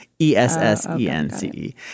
E-S-S-E-N-C-E